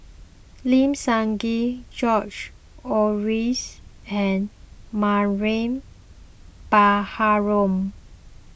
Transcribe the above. Lim Sun Gee George Oehlers and Mariam Baharom